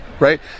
right